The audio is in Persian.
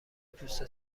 دوست